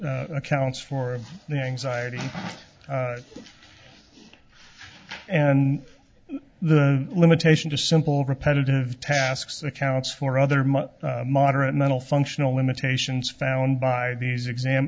accounts for the anxiety and the limitation to simple repetitive tasks accounts for other much moderate mental functional limitations found by these exam